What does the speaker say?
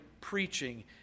preaching